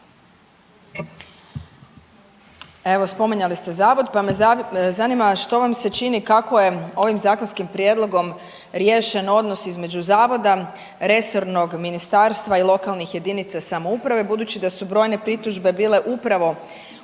Evo spominjali ste zavod pa me zanima što vam se čini kako je ovim zakonskim prijedlogom riješen odnos između zavoda, resornog ministarstva i lokalnih jedinica samouprave budući da su brojne pritužbe bile upravo oko